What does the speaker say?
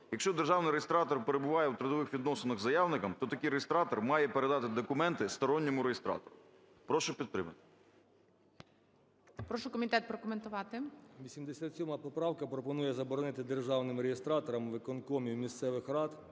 Якщо загальний реєстратор перебуває в трудових відносинах з заявником, то такий реєстратор має передати документи сторонньому реєстратору. Прошу підтримати. ГОЛОВУЮЧИЙ. Прошу комітет прокоментувати. 13:28:31 КУЛІНІЧ О.І. 87 поправка пропонує заборонити державним реєстраторам виконкомів місцевих рад